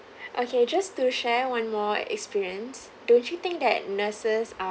okay just to share one more experience don't you think that nurses are